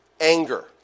anger